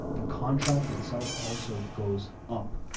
the contract itself also goes up.